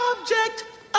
object